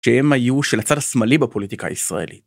שהם היו של הצד השמאלי בפוליטיקה הישראלית.